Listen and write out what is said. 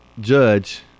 Judge